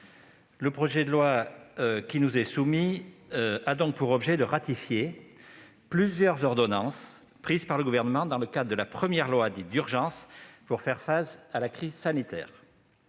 le projet de loi qui nous est soumis a pour objet de ratifier plusieurs ordonnances prises par le Gouvernement, dans le cadre de la loi du 23 mars 2020 d'urgence pour faire face à l'épidémie